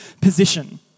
position